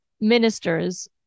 ministers